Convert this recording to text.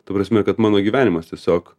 ta prasme kad mano gyvenimas tiesiog